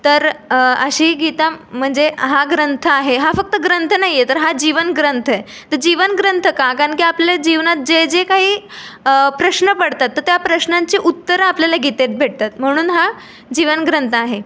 तर अशी गीता म्हणजे हा ग्रंथ आहे हा फक्त ग्रंथ नाही आहे तर हा जीवन ग्रंथ आहे तर जीवन ग्रंथ का कारण की आपल्या जीवनात जे जे काही प्रश्न पडतात तर त्या प्रश्नांचे उत्तर आपल्याला गीतेत भेटतात म्हणून हा जीवनग्रंथ आहे